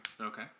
okay